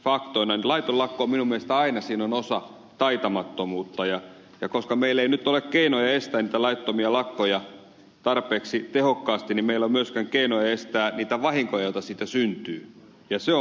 minun mielestäni laittomassa lakossa on aina osa taitamattomuutta ja koska meillä ei nyt ole keinoja estää niitä laittomia lakkoja tarpeeksi tehokkaasti niin meillä ei ole myöskään keinoja estää niitä vahinkoja joita niistä syntyy ja se on paha asia